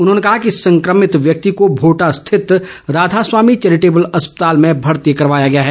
उन्होंने कहा कि संक्रमित व्यक्ति को भोटा स्थित राधा स्वामी चैरिटेबल अस्पताल में भर्ती कराया गया है